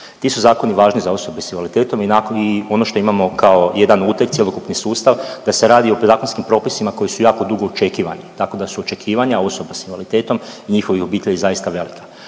Ti su zakoni važni za osobe s invaliditetom i ono što imamo kao jedan uteg cjelokupni sustav da se radi o zakonskim propisima koji su jako dugo očekivani, tako da su očekivanja osoba s invaliditetom i njihovih obitelji zaista velika.